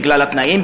בגלל התנאים,